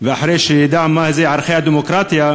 ואחרי שידע מה זה ערכי הדמוקרטיה,